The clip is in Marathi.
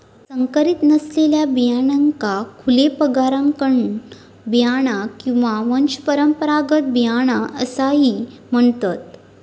संकरीत नसलेल्या बियाण्यांका खुले परागकण बियाणा किंवा वंशपरंपरागत बियाणा असाही म्हणतत